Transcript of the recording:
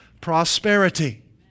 prosperity